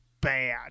bad